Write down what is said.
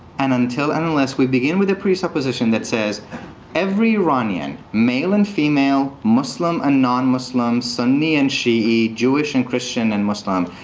and until and unless we begin with the presupposition that says every iranian, male and female, muslim and non-muslim, sunni and shiite, jewish, and christian, and muslim,